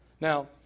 Now